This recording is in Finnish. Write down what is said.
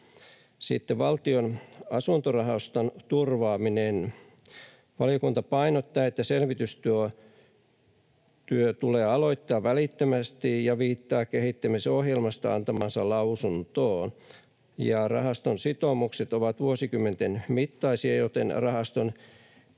Sitten Valtion asuntorahaston turvaaminen: Valiokunta painottaa, että selvitystyö tulee aloittaa välittömästi, ja viittaa kehittämisohjelmasta antamaansa lausuntoon. Rahaston sitoumukset ovat vuosikymmenten mittaisia, joten rahaston